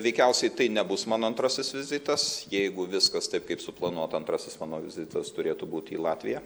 veikiausiai tai nebus mano antrasis vizitas jeigu viskas taip kaip suplanuota antrasis mano vizitas turėtų būti į latviją